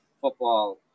football